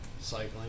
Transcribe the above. Cycling